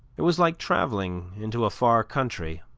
it was like travelling into a far country,